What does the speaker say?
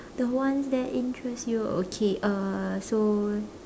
the one that interests you okay uh so